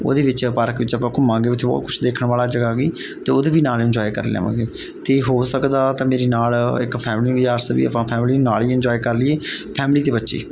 ਉਹਦੇ ਵਿੱਚੋਂ ਪਾਰਕ ਵਿੱਚ ਆਪਾਂ ਘੁੰਮਾਂਗੇ ਉੱਥੇ ਬਹੁਤ ਕੁਛ ਦੇਖਣ ਵਾਲਾ ਜਗ੍ਹਾ ਹੈਗੀ ਅਤੇ ਉਹਦੇ ਵੀ ਨਾਲ ਇਨਜੋਏ ਕਰ ਲਵਾਂਗੇ ਅਤੇ ਹੋ ਸਕਦਾ ਤਾਂ ਮੇਰੇ ਨਾਲ ਇੱਕ ਫੈਮਲੀ ਵੀਚਾਰ ਸੀ ਵੀ ਆਪਾਂ ਫੈਮਲੀ ਨਾਲ ਹੀ ਇਨਜੋਏ ਕਰ ਲਈਏ ਫੈਮਲੀ ਅਤੇ ਬੱਚੇ